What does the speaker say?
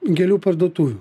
gėlių parduotuvių